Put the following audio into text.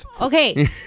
Okay